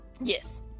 Yes